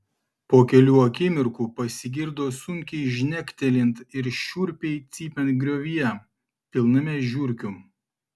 po kelių akimirkų pasigirdo sunkiai žnektelint ir šiurpiai cypiant griovyje pilname žiurkių